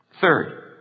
Third